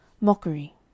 Mockery